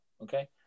Okay